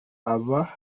amabanki